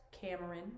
Cameron